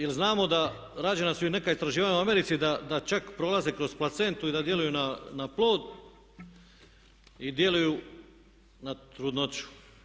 Jer znamo da, rađena su i neka istraživanja u Americi da čak prolaze kroz placentu i da djeluju na plod i djeluju na trudnoću.